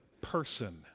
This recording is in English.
person